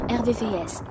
rvvs